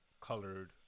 colored